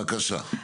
בבקשה.